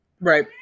Right